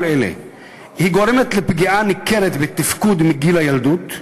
אלה: (1) היא גורמת לפגיעה ניכרת בתפקוד מגיל הילדות,